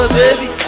baby